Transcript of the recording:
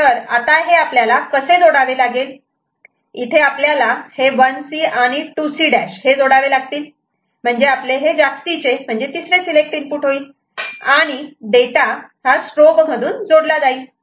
तर आता हे आपल्याला कसे जोडावे लागेल इथे आपल्याला हे 1C आणि 2C' हे जोडावे लागतील म्हणजे आपले हे जास्तीचे म्हणजे तिसरे सिलेक्ट इनपुट होईल आणि डेटा स्ट्रोब मधून जोडला जाईल